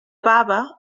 baba